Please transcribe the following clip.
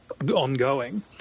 ongoing